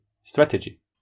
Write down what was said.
strategy